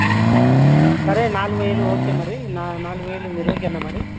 సరే నాలుగు వేలు ఓకే మరి నా నాలుగు వేలు మీరు ఓకేనా మరి